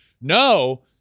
no